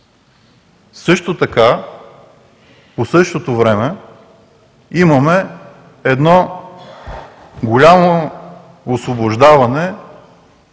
състав. По същото време имаме едно голямо освобождаване